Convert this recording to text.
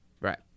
Right